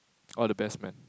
all the best [man]